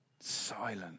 Silent